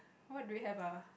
what do we have ah